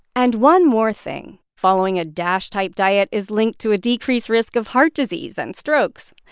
and one more thing following a dash-type diet is linked to a decreased risk of heart disease and strokes.